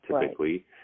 typically